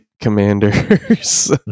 commanders